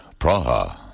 Praha